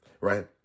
right